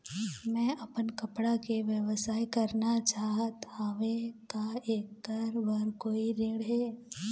मैं अपन कपड़ा के व्यवसाय करना चाहत हावे का ऐकर बर कोई ऋण हे?